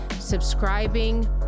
subscribing